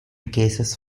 cases